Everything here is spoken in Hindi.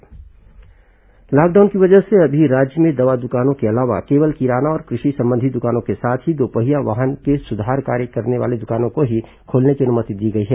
मुख्यमंत्री लॉकडाउन छूट लॉकडाउन की वजह से अभी राज्य में दवा दुकानों के अलावा केवल किराना और कृषि संबंधी दुकानों के साथ ही दोपहिया वाहनों के सुधार कार्य करने वाले दुकानों को ही खोलने की अनुमति दी गई है